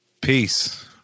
Peace